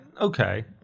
okay